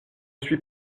suis